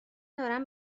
دارم